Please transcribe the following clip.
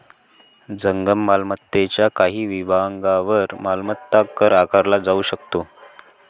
जंगम मालमत्तेच्या काही विभागांवर मालमत्ता कर आकारला जाऊ शकतो